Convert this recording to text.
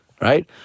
right